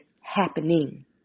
happening